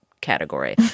category